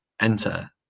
enter